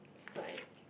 sign